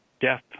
death